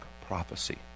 prophecy